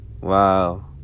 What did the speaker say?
wow